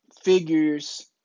figures